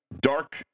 Dark